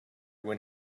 when